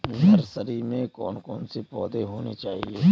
Nursery में कौन कौन से पौधे होने चाहिए?